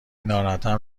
ناراحتم